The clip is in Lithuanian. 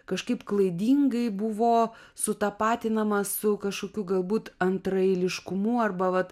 kažkaip klaidingai buvo sutapatinamas su kažkokiu galbūt antraeiliškumu arba vat